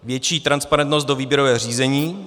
Větší transparentnost do výběrového řízení.